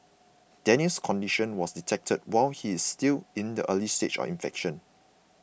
Daniel's condition was detected while he is still in the early stage of infection